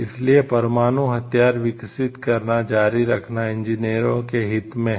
इसलिए परमाणु हथियार विकसित करना जारी रखना इंजीनियरों के हित में है